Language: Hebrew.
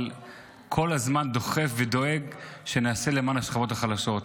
אבל כל הזמן דוחף ודואג שנעשה למען השכבות החלשות.